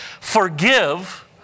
Forgive